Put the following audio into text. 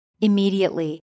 Immediately